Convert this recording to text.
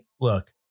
look